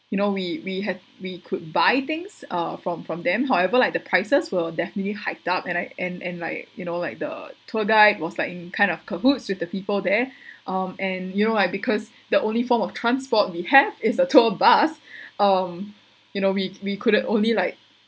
you know we we had we could buy things uh from from them however like the prices were definitely hiked up and I and and like you know like the tour guide was like in kind of cahoots with the people there um and you know like because the only form of transport we have is a tour bus um you know we we couldn't only like